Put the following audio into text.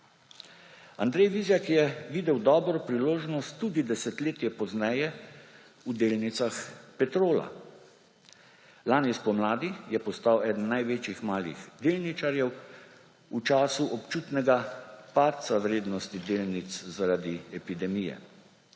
Andrej Vizjak je videl dobro priložnost tudi desetletje pozneje v delnicah Petrola. Lani spomladi je postal eden največjih malih delničarjev v času občutnega padca vrednosti delnic zaradi epidemije.